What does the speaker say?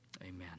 Amen